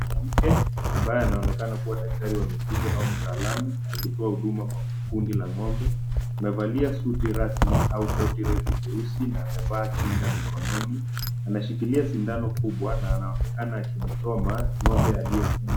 Mwanamke ambaye anaonekana kuwa daktari wa mifugo au mtaalamu akitowa huduma kwa kundi la ngombe. Amevalia suti rasmi nyeusi au koti refu jeusi na amevaa kinga mikononi, ameshikilia sindano kubwa, na anaonekana akimchoma ngombe aliyefungwa.